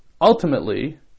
ultimately